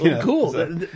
cool